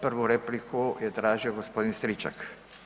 Prvu repliku je tražio gospodin Stričak.